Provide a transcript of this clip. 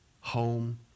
home